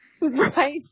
Right